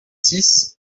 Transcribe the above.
six